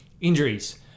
Injuries